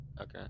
okay